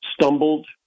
stumbled